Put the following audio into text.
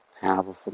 Powerful